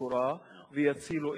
הוא לא בר-קיימא.